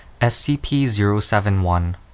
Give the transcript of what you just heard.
SCP-071